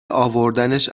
اوردنش